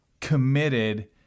committed